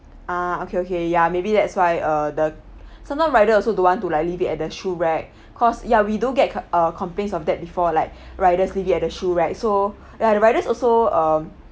ah okay okay ya maybe that's why uh the sometime rider also don't want to like leave it at the shoe rack cause ya we do get uh complaints of that before like riders leave it at the shoe rack so ya the riders also um